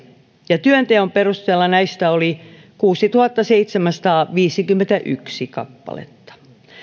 ja työnteon perusteella näistä kuusituhattaseitsemänsataaviisikymmentäyksi kappaletta